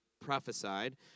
prophesied